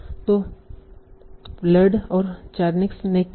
तो बर्लैंड और चारनिअक्स ने क्या किया